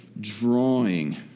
drawing